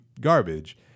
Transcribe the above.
garbage